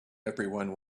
everyone